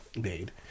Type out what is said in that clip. made